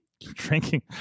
Drinking